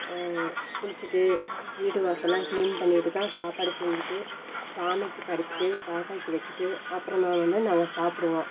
குளித்துட்டு வீடு வாசல்லாம் கிளீன் பண்ணிட்டு தான் சாப்பாடு செஞ்சுட்டு சாமிக்கு படைச்சுட்டு காக்காய்க்கு வச்சுட்டு அப்புறமா வந்து நாங்கள் சாப்பிடுவோம்